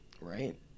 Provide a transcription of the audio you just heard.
right